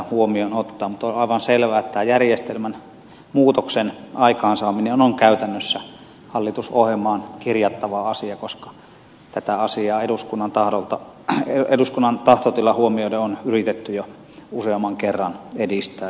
mutta on aivan selvää että tämän järjestelmän muutoksen aikaansaaminen on käytännössä hallitusohjelmaan kirjattava asia koska tätä asiaa eduskunnan tahtotila huomioiden on yritetty jo useamman kerran edistää